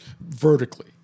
vertically